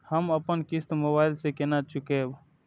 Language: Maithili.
हम अपन किस्त मोबाइल से केना चूकेब?